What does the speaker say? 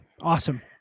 awesome